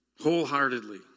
wholeheartedly